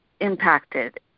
impacted